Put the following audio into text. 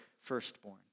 firstborn